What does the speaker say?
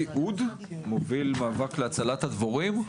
יוסי אוד, מוביל מאבק להצלת הדבורים.